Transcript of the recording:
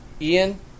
Ian